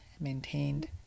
maintained